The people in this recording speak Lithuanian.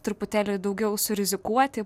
truputėlį daugiau surizikuoti